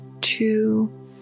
Two